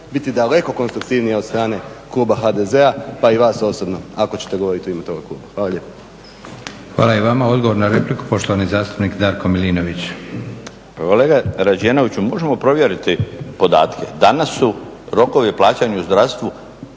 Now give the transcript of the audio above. biti daleko konstruktivnija od strane Kluba HDZ-a pa i vas osobno ako ćete govoriti u ime toga Kluba. Hvala lijepo. **Leko, Josip (SDP)** Hvala i vama. Odgovor na repliku, poštovani zastupnik Darko Milinović. **Milinović, Darko (HDZ)** Kolega Rađenoviću, možemo provjeriti podatke, danas su rokovi plaćanja u zdravstvu